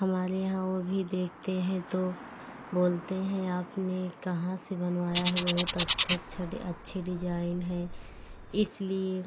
हमारे यहाँ वह भी देखते हैं तो बोलते हैं आपने कहाँ से बनवाया है बहुत अच्छा अच्छा डि अच्छा डिज़ाइन है इसलिए